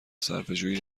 صرفهجویی